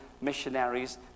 missionaries